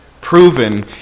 proven